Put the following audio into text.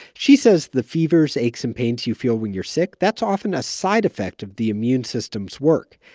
she says the fevers, aches and pains you feel when you're sick that's often a side effect of the immune system's work.